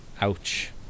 Ouch